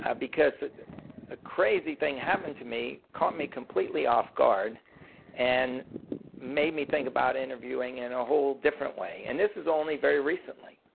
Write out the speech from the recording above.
ah because a crazy thing happened to me, caught me completely off guard and made me think about interviewing in a whole different way. and this was only very recently.